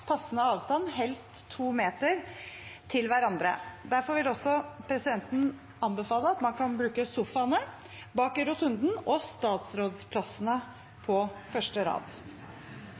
passende avstand – helst to meter – fra hverandre. Derfor anbefaler presidenten at man også bruker sofaene bak i rotunden og statsrådsplassene på første rad.